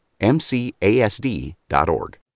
MCASD.org